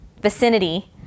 vicinity